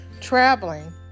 traveling